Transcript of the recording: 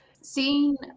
seeing